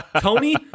Tony